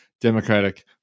Democratic